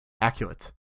accurate